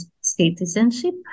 citizenship